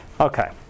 Okay